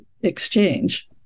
exchange